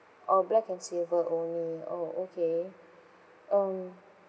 oh black and silver only oh okay um